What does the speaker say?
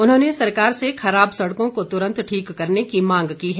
उन्होंने सरकार से खराब सड़कों को तुरन्त ठीक करने की मांग की है